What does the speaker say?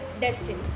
Destiny